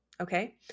Okay